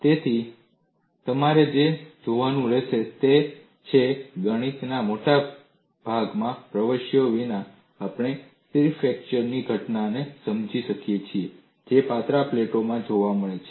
તેથી તમારે જે જોવાનું રહેશે તે છે ગણિતના મોટા ભાગમાં પ્રવેશ્યા વિના આપણે સ્થિર ફ્રેક્ચર ની ઘટનાને સમજાવી શક્યા છીએ જે પાતળી પ્લેટોમાં જોવા મળે છે